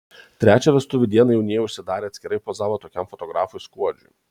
trečią vestuvių dieną jaunieji užsidarę atskirai pozavo tokiam fotografui skuodžiui